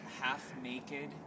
half-naked